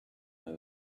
the